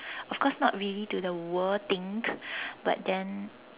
of course not really to the world thing but then